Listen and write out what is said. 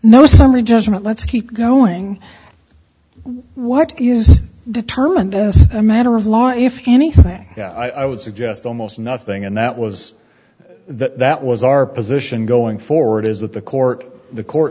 summary judgment let's keep going what is determined as a matter of law if anything i would suggest almost nothing and that was that that was our position going forward is that the court the court